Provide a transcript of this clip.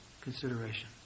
consideration